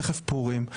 תכף פורים,